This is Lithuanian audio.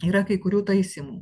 yra kai kurių taisymų